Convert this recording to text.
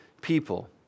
people